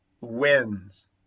wins